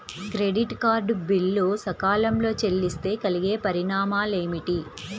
Credit card bill సకాలంలో చెల్లిస్తే కలిగే పరిణామాలేమిటి?